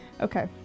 Okay